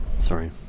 Sorry